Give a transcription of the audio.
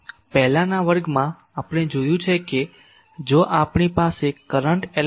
પહેલાનાં વર્ગમાં આપણે જોયું છે કે જો આપણી પાસે કરંટ એલિમેન્ટ I